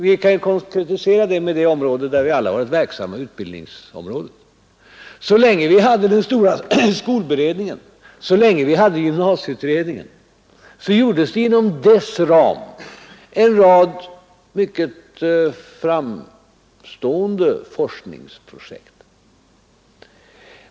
Jag kan konkretisera det med ett område där vi alla varit verksamma, nämligen utbildningsområdet. Så länge vi hade den stora skolberedningen, så länge vi hade gymnasieutredningen fanns det inom dess ram en rad mycket framstående forskningsprojekt.